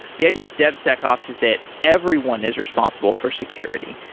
the idea of devsecops is that everyone is responsible for security.